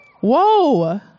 Whoa